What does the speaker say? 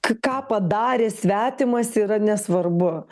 k ką padarė svetimas yra nesvarbu